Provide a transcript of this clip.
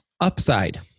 upside